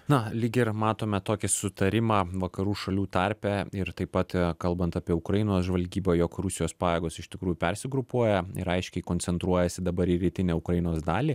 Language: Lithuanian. na lyg ir matome tokį sutarimą vakarų šalių tarpe ir taip pat kalbant apie ukrainos žvalgybą jog rusijos pajėgos iš tikrųjų persigrupuoja ir aiškiai koncentruojasi dabar į rytinę ukrainos dalį